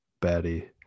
batty